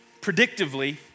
predictively